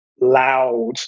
loud